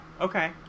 okay